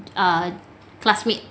err classmate